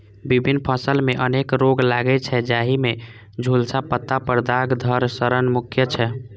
विभिन्न फसल मे अनेक रोग लागै छै, जाहि मे झुलसा, पत्ता पर दाग, धड़ सड़न मुख्य छै